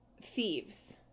thieves